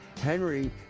Henry